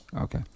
okay